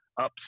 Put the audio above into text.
ups